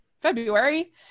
february